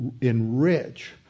enrich